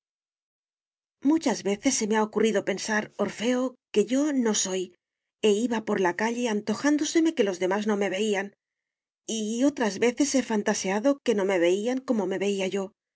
muchas veces se me ha ocurrido pensar orfeo que yo no soy e iba por la calle antojándoseme que los demás no me veían y otras veces he fantaseado que no me veían como me veía yo